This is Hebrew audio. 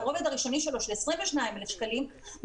הרובד הראשוני שלו של 22,000 שקלים,